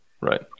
Right